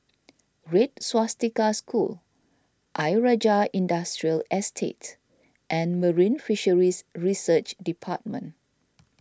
Red Swastika School Ayer Rajah Industrial Estate and Marine Fisheries Research Department